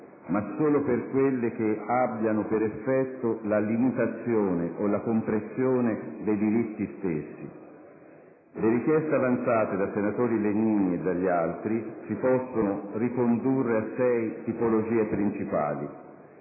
«ma solo per quelle che abbiano per effetto la limitazione o la compressione dei diritti stessi». Le richieste avanzate dai senatori Legnini ed altri si possono sinteticamente ricondurre a sei tipologie principali: